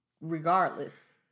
regardless